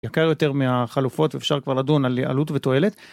יקר יותר מהחלופות ואפשר כבר לדון על העלות ותועלת.